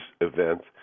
events